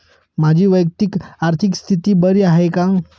माझी वैयक्तिक आर्थिक स्थिती बरी आहे का?